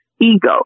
ego